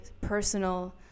personal